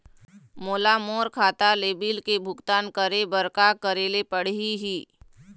मोला मोर खाता ले बिल के भुगतान करे बर का करेले पड़ही ही?